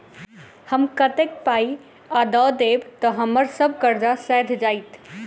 हम कतेक पाई आ दऽ देब तऽ हम्मर सब कर्जा सैध जाइत?